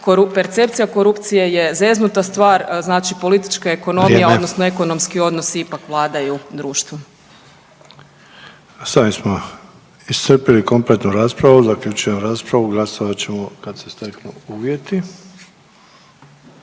percepcija korupcije je zeznuta stvar znači politička ekonomija …/Upadica: Vrijeme./… odnosno ekonomski odnosi ipak vladaju društvom. **Sanader, Ante (HDZ)** S ovim smo iscrpili kompletnu raspravu. Zaključujem raspravu. Glasovat ćemo kad se steknu uvjeti.